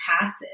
passive